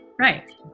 Right